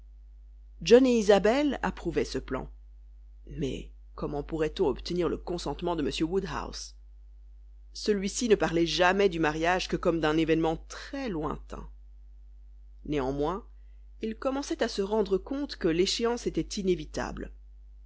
et isabelle approuvaient ce plan mais comment pourrait-on obtenir le consentement de m woodhouse celui-ci ne parlait jamais du mariage que comme d'un événement très lointain néanmoins il commençait à se rendre compte que l'échéance était inévitable